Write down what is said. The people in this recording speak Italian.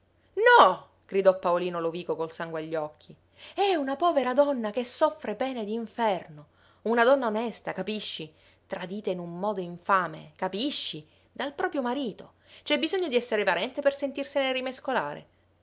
no gridò paolino lovico col sangue agli occhi è una povera donna che soffre pene d'inferno una donna onesta capisci tradita in un modo infame capisci dal proprio marito c'è bisogno di esser parente per sentirsene rimescolare